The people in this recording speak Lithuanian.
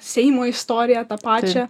seimo istoriją tą pačią